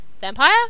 vampire